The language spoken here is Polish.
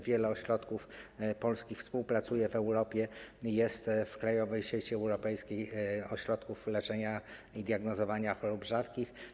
Wiele polskich ośrodków współpracuje w Europie, jest w krajowej sieci europejskiej ośrodków leczenia i diagnozowania chorób rzadkich.